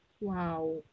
Wow